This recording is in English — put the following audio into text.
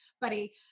buddy